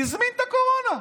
הזמין את הקורונה.